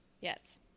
Yes